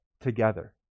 together